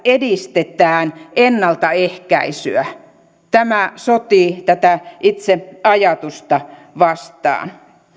edistetään ennaltaehkäisyä tämä sotii tätä itse ajatusta vastaan